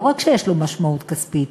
ולא רק שיש לו משמעות כספית,